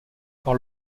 par